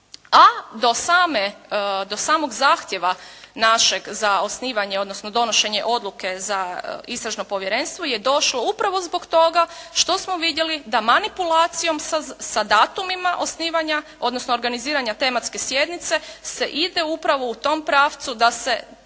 a do samog zahtjeva našeg za osnivanje, odnosno donošenja odluke za istražno povjerenstvo je došlo upravo zbog toga što smo vidjeli da sa manipulacijom sa datumima osnivanja, odnosno organiziranja tematske sjednice se ide upravo u tom pravcu da se